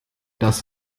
das